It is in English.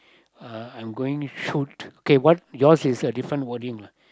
uh I'm going shoot okay what yours is a different wording lah